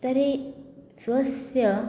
तर्हि स्वस्य